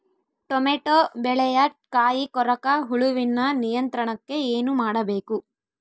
Tomato ಬೆಳೆಯ ಕಾಯಿ ಕೊರಕ ಹುಳುವಿನ ನಿಯಂತ್ರಣಕ್ಕೆ ಏನು ಮಾಡಬೇಕು?